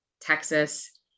Texas